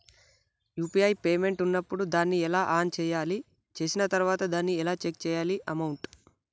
UPI payment ఉన్నప్పుడు దాన్ని ఎలా ఆన్ చేయాలి? చేసిన తర్వాత దాన్ని ఎలా చెక్ చేయాలి అమౌంట్?